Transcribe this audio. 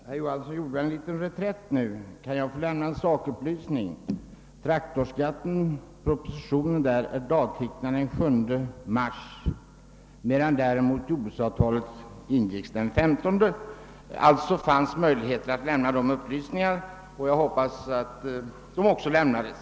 Herr talman! Herr Johanson i Västervik gjorde en liten reträtt nu. Jag får lämna en sakupplysning. Propositionen om traktorskatten är dagtecknad den 7 mars och jordbruksavtalet ingicks den 15. Alltså fanns möjlighet att lämna upplysningar om traktorskatten, och jag hoppas att de också lämnades.